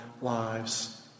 lives